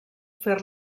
fer